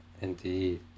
indeed